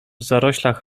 zaroślach